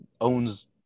owns